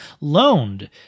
loaned